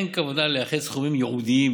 אין כוונה לייחד סכומים ייעודיים